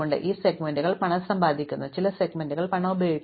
അതിനാൽ ചില സെഗ്മെന്റുകൾ പണം സമ്പാദിക്കുന്നു ചില സെഗ്മെന്റുകൾ പണം ഉപയോഗിക്കുന്നു